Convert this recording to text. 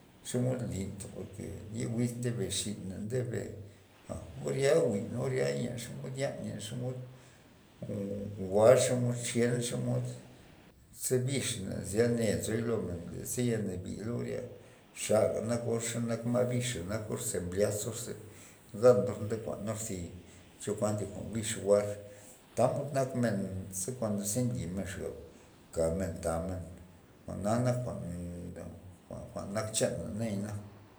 Xomod lyn porke ye wiz ndebe xina ndebe a or ya jwi'n or ya len xomod yan len xomod jwa'r xomod xyenor xomod ze bixna zya mne nzo loney tyz ya nabilaor ya xala nakor xa nak ma' bixa nakor ze mblyazor za ganor nde kuanor zi chokuan thi jwa'n bix jwa'r tamod nak men ze kaundo ze nlymen xab kamen tamen jwa'na nak jwa'n jwa'n nak chana nayana.